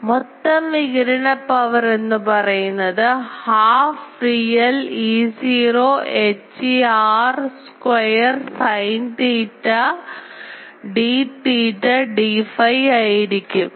മൊത്തം വികിരണ പവർ എന്ന് പറയുന്നത് half real Eö Hè r square sin theta d theta d phi ആയിരിക്കും